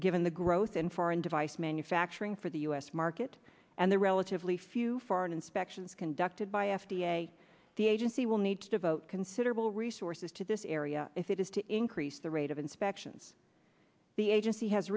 given the growth in foreign device manufacturing for the us market and the relatively few foreign inspections conducted by f d a the agency will need to devote considerable resources to this area if it is to increase rate of inspections the agency has